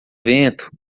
vento